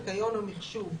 ניקיון או מחשוב,